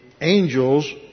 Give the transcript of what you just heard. angels